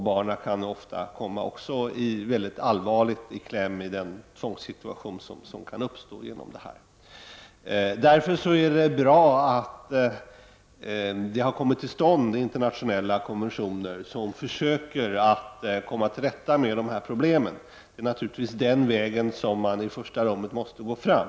Barnen kan ofta komma mycket allvarligt i kläm i den situation som kan uppstå. Därför är det bra att internationella konventioner har kommit till stånd för att man skall komma till rätta med problemen. Det är naturligtvis den vägen som man i första hand måste gå fram.